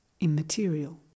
immaterial